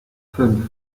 fünf